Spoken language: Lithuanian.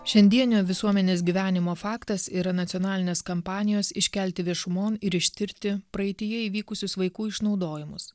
šiandienio visuomenės gyvenimo faktas yra nacionalinės kampanijos iškelti viešumon ir ištirti praeityje įvykusius vaikų išnaudojimus